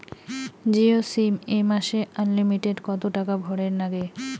Jio sim এ মাসে unlimited কত টাকা ভরের নাগে?